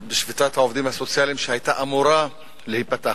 בשביתת העובדים הסוציאליים שהיתה אמורה להיפתח,